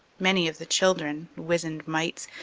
many of the children, wizened mites,